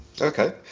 Okay